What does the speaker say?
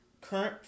current